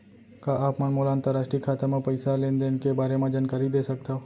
का आप मन मोला अंतरराष्ट्रीय खाता म पइसा लेन देन के बारे म जानकारी दे सकथव?